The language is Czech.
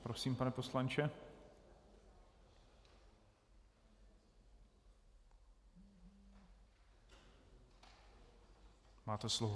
Prosím, pane poslanče, máte slovo.